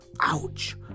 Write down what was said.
Ouch